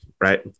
right